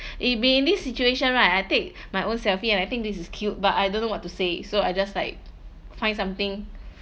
it'd be in this situation right I take my own selfie and I think this is cute but I don't know what to say so I just like find something